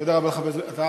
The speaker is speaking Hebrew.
תודה רבה לחבר הכנסת,